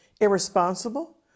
irresponsible